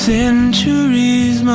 Centuries